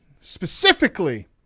specifically